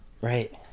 Right